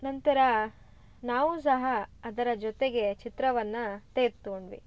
ನಂತರ ನಾವು ಸಹ ಅದರ ಜೊತೆಗೆ ಚಿತ್ರವನ್ನು ತೇ ತೊಗೊಂಡ್ವಿ